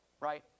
Right